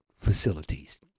facilities